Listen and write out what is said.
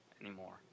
anymore